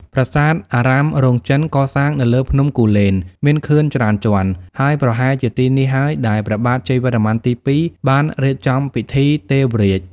ប្រាសាទអារាមរោងចិន កសាងនៅលើភ្នំគូលែនមានខឿនច្រើនជាន់ ហើយប្រហែលជាទីនេះហើយដែលព្រះបាទជ័យវរ្ម័នទី២ បានរៀបចំពិធីទេវរាជ។